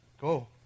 Go